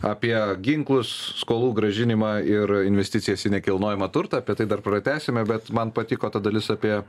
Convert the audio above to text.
apie ginklus skolų grąžinimą ir investicijas į nekilnojamą turtą apie tai dar pratęsime bet man patiko ta dalis apie